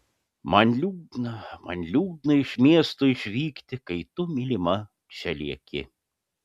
man liūdna man liūdna iš miesto išvykti kai tu mylima čia lieki